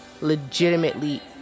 legitimately